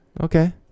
Okay